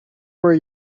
were